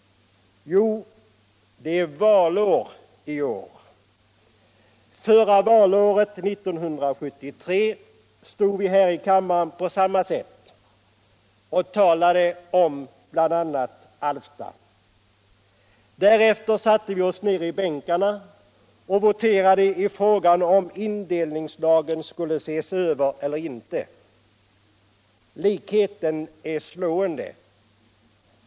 Jo, det är valår i år. Förra valåret, 1973, stod vi här i kammaren på samma sätt och talade bl.a. om Alfta. Därefter satte vi oss ner i bänkarna och voterade i frågan huruvida indelningslagen skulle ses över eller inte. Likheten är slående.